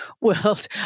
world